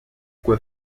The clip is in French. quoi